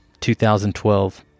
2012